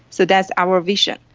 so that's our vision.